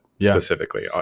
specifically